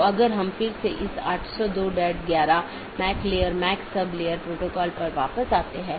दूसरे अर्थ में जब मैं BGP डिवाइस को कॉन्फ़िगर कर रहा हूं मैं उस पॉलिसी को BGP में एम्बेड कर रहा हूं